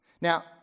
Now